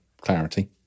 clarity